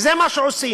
וזה מה שעושים,